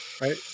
right